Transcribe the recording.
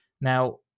Now